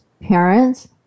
parents